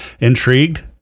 Intrigued